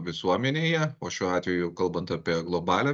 visuomenėje o šiuo atveju kalbant apie globalią